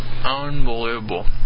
Unbelievable